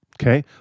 okay